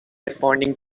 responding